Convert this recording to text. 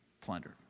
plundered